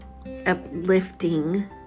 uplifting